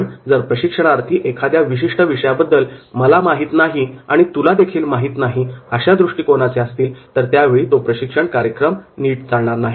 पण जर प्रशिक्षणार्थी एखाद्या विशिष्ट विषयाबद्दल 'मला माहित नाही आणि तुला देखील माहित नाही' अशा दृष्टीकोनाचे असतील तर त्यावेळी तो प्रशिक्षण कार्यक्रम नीट चालणार नाही